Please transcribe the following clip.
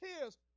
tears